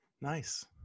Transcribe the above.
Nice